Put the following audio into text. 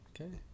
Okay